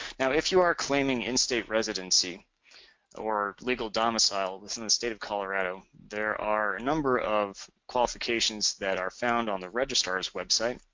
now, if you are claiming in state residency or legal domicile within the state of colorado, there are a number of qualifications that are found on the registrar's website,